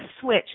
switch